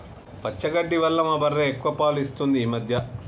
పచ్చగడ్డి వల్ల మా బర్రె ఎక్కువ పాలు ఇస్తుంది ఈ మధ్య